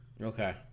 okay